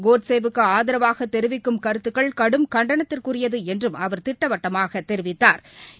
கோட்சேவுக்குஆதரவாகதெரிவிக்கும் கருத்துக்கள் கடும் கண்டனத்திற்குரியதுஎன்றும் அவர் திட்டவட்டமாகத் தெரிவித்தாா்